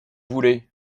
voulez